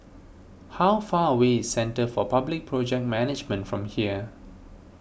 how far away is Centre for Public Project Management from here